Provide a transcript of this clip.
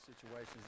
situations